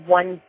one